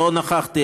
לא נכחתי,